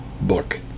book